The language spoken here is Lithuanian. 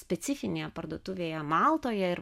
specifinėje parduotuvėje maltoje ir